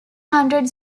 hundred